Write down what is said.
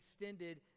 extended